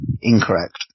Incorrect